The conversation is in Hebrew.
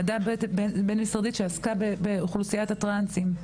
ועדה בין משרדית שעסקה באוכלוסיית הטרנסים.